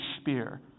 spear